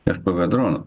fpv dronų